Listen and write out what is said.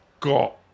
Got